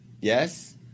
yes